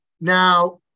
Now